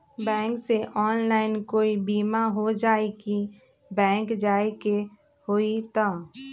Bank से online कोई बिमा हो जाई कि बैंक जाए के होई त?